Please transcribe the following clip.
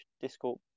Discord